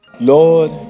Lord